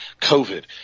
COVID